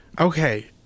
Okay